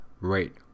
Right